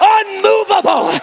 unmovable